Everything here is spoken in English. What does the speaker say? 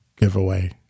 Giveaway